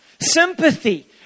Sympathy